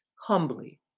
humbly